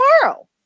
tomorrow